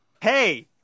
Hey